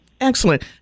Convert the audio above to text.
Excellent